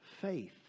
faith